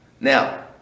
Now